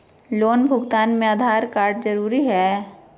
Loan भुगतान में Aadhaar card जरूरी है?